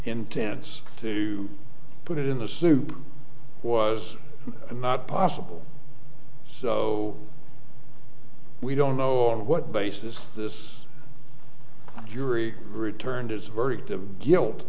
intense to put it in the soup was not possible so we don't know or what basis this jury returned as a verdict of guilt